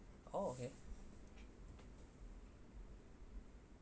oh okay